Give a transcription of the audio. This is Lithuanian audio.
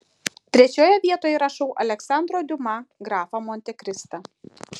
trečioje vietoje įrašau aleksandro diuma grafą montekristą